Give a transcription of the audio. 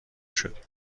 شدیم